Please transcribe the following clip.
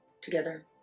together